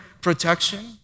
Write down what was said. protection